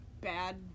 bad